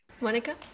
Monica